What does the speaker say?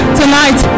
tonight